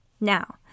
Now